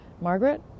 Margaret